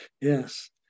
yes